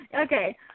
Okay